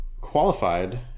qualified